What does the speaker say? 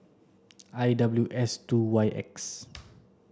I W S two Y X